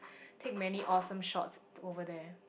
take many awesome shots over there